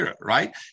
right